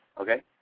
okay